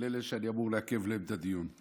ואלה שאני אמור לעכב להם את הדיון,